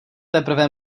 teprve